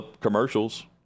commercials